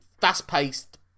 fast-paced